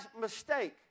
mistake